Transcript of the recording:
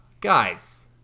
Guys